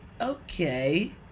Okay